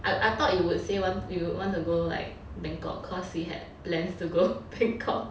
I I thought you would say want to go you would want to go like Bangkok cause we had plans to go Bangkok